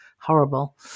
horrible